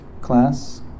class